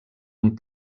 amb